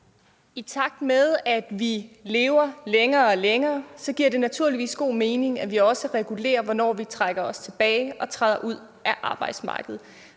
I takt med at vi lever længere og længere, giver det naturligvis god mening, at det også reguleres, hvornår man trækker sig tilbage og træder ud af arbejdsmarkedet.